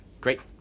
great